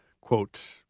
quote